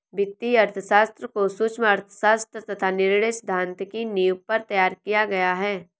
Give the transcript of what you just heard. वित्तीय अर्थशास्त्र को सूक्ष्म अर्थशास्त्र तथा निर्णय सिद्धांत की नींव पर तैयार किया गया है